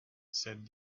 said